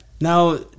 Now